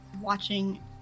watching